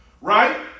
right